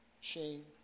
shame